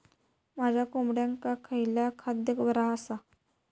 माझ्या कोंबड्यांका खयला खाद्य बरा आसा?